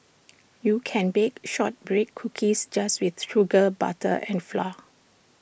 you can bake Shortbread Cookies just with sugar butter and flour